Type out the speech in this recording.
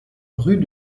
rue